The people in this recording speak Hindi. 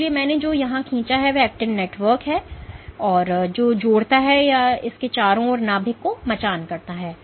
इसलिए मैंने जो यहां खींचा है वह एक्टिन नेटवर्क है जो जोड़ता है या जो इसके चारों ओर नाभिक को मचान करता है